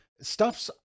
Stuff's